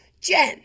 jen